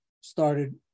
started